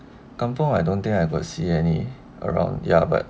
kampung I don't think I could see any around ya but